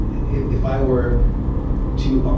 if if i were to, ah